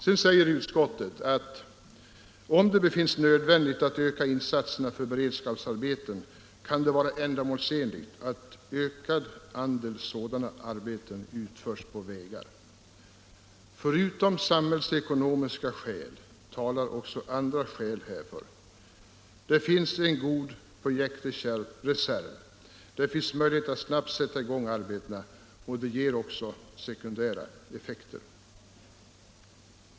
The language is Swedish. Sedan säger utskottet: ”Om det då befinns nödvändigt att öka insatserna av beredskapsarbeten, kan det vara ändamålsenligt att en ökad andel sådana arbeten utförs på vägar. Förutom samhällsekonomiska skäl talar även andra skäl härför.” Utskottet anför vidare att det finns en god projektreserv. Det finns möjligheter att snabbt sätta i gång arbetena, och det ger också sekundära effekter.